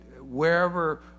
Wherever